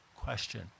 Question